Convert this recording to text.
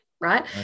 Right